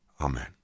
Amen